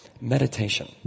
meditation